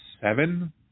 seven